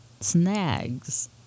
snags